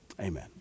Amen